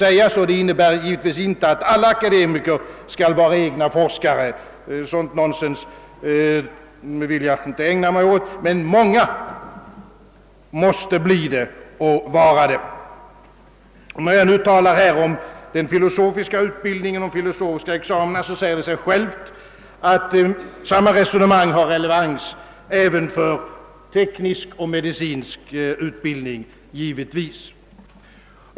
Vad jag sagt innebär givetvis inte, att alla akademiker skall vara egna forskare — sådant nonsens vill jag inte ägna mig åt att tala om — men många måste bli det och vara det. När jag nu talar om den filosofiska utbildningen och om filosofiska examina säger det sig självt, att resonemanget har relevans även för teknisk och medicinsk utbildning.